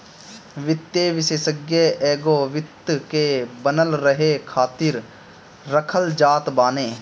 वित्तीय विषेशज्ञ एगो वित्त के बनल रहे खातिर रखल जात बाने